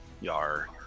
Yar